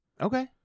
Okay